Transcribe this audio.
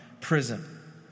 prison